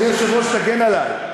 אדוני היושב-ראש, תגן עלי.